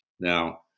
Now